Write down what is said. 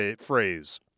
phrase